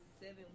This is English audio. seven